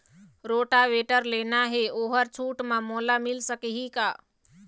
Rotavator लेना हे ओहर छूट म मोला मिल सकही का?